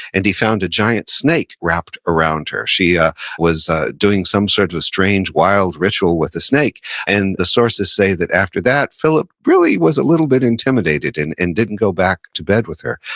and he found a giant snake wrapped around her. she was doing some sort of a strange wild ritual with a snake and the sources say that after that, philip really was a little bit intimidated and and didn't go back to bed with her.